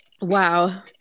Wow